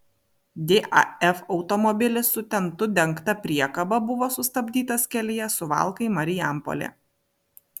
daf automobilis su tentu dengta priekaba buvo sustabdytas kelyje suvalkai marijampolė